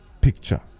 picture